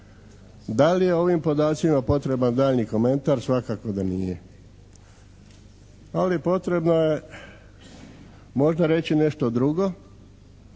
Da li je ovim podacima potreban daljnji komentar? Svakako da nije, ali potrebno je možda reći nešto drugo,